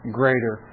greater